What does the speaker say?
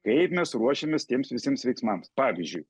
kaip mes ruošiamės tiems visiems veiksmams pavyzdžiui